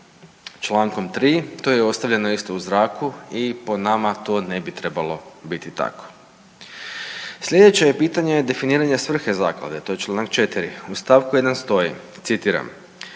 čl. 3., to je ostavljeno isto u zraku i po nama to ne bi trebalo biti tako. Slijedeće je pitanje definiranje svrhe zaklade. To je čl. 4. u st. 1. stoji, citiram,